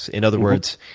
in other words,